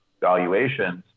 valuations